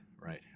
right